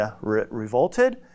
revolted